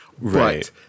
Right